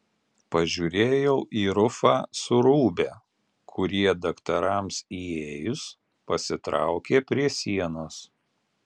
pažiūrėjau į rufą su rūbe kurie daktarams įėjus pasitraukė prie sienos